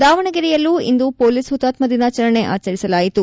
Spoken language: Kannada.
ದಾವಣಗೆರೆಯಲ್ಲೂ ಇಂದು ಪೊಲೀಸ್ ಹುತಾತ್ಮ ದಿನಾಚರಣೆ ಆಚರಿಸಲಾಯಿತು